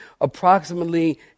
approximately